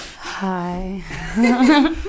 Hi